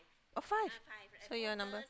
oh five so you want number